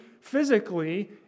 physically